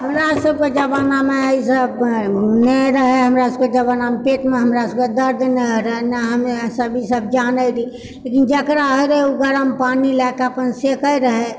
हमरा सभके जमानामे ई सभ नहि रहए हमरा सभके जवानामे पेट हमरा सभके दर्द नहि रहै नऽ हमे सभ ई सभ जानैत रहिऐ लेकिन जकरा रहए ओ गरम पानी लए कऽ अपन सकैत रहए